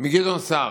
מגדעון סער,